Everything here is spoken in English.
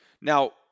Now